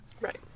Right